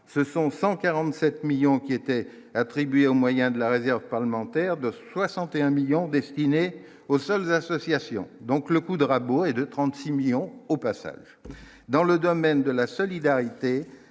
ce sont 147 millions qui étaient attribués au moyen de la réserve parlementaire de 61 millions destinés aux seules associations donc le coup de rabot et de 36 millions au passage dans le domaine de la solidarité,